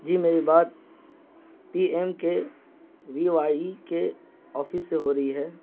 جی میری بات P M K V Y کے آفس سے ہو رہی ہے